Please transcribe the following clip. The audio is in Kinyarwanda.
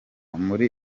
muri